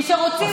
כי כשרוצים,